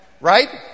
Right